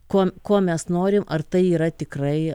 ko ko mes norim ar tai yra tikrai